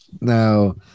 Now